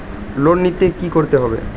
Loan নিতে কী করতে হবে?